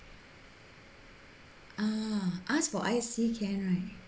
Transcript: ah ask for I_C can right